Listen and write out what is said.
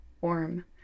warm